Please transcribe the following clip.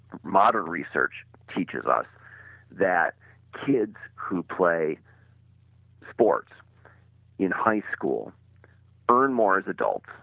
modern research teaches us that kids who play sports in high school earn more as adults.